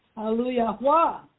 Hallelujah